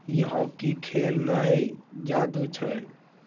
ई hockey खेल नहि जादू छै